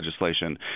legislation